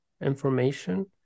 information